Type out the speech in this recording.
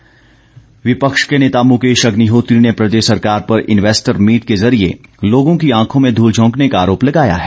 मुकेश अग्निहोत्री विपक्ष के नेता मुकेश अग्निहोत्री ने प्रदेश सरकार पर इन्वेस्टर मीट के जरिए लोगों की आंखो में धूल झोंकने का आरोप लगाया है